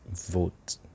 vote